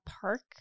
park